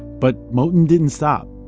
but moton didn't stop.